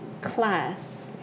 class